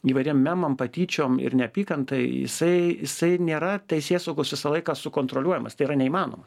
įvairiem memam patyčiom ir neapykantai jisai jisai nėra teisėsaugos visą laiką sukontroliuojamas tai yra neįmanoma